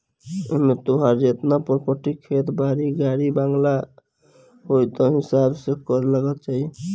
एमे तोहार जेतना प्रापर्टी खेत बारी, गाड़ी बंगला होई उ हिसाब से कर लगावल जाई